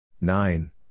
nine